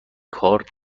کار